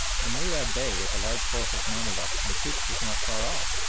and mourad bey with a large force of mamaluks and troops was not far off,